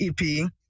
ep